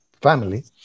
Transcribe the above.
family